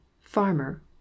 farmer